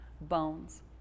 bones